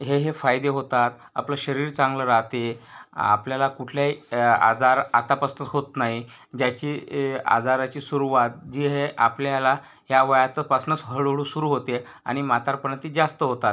हे हे फायदे होतात आपलं शरीर चांगलं राहते आपल्याला कुठल्याही ए आजार आतापासनंच होत नाही ज्याची ए आजाराची सुरुवात जी हे आपल्याला ह्या वयात पासनंच हळूहळू सुरू होते आणि म्हातारपणात ती जास्त होतात